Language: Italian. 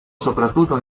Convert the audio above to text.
soprattutto